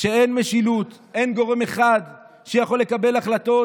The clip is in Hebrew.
כשאין משילות, אין גורם אחד שיכול לקבל החלטות.